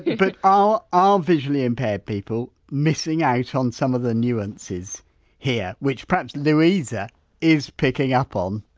but are are visually impaired people missing out on some of the nuances here, which perhaps louisa is picking up on,